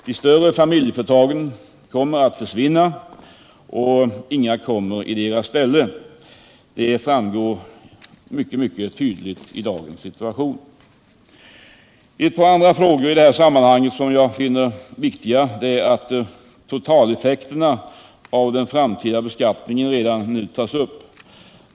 De större familjeföretagen kommer att försvinna, och inga nya kommer i deras ställe. Detta framgår mycket tydligt i dagens situation. Ett par andra frågor i detta sammanhang som jag finner viktiga är att totaleffekterna av den framtida beskattningen redan nu tas upp.